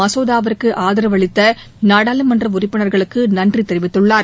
மசோதாவிற்கு ஆதரவளித்த நாடாளுமன்ற உறுப்பினர்களுக்கு நன்றி தெரிவித்துள்ளார்